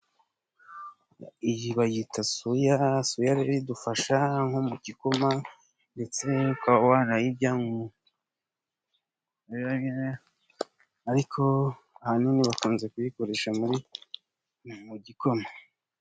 Iyi bayita soya. Soya rero idufasha nko mu gikoma, ndetse ukaba wanayirya, ariko ahanini bakunze kuyikoresha mu gikoma.